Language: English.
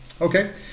Okay